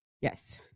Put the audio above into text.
Yes